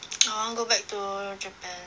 I want to go back to ro~ japan